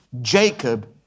Jacob